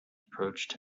approached